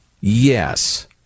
Yes